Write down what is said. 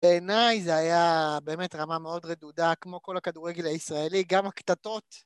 בעיניי זה היה באמת רמה מאוד רדודה, כמו כל הכדורגל הישראלי, גם הקטטות.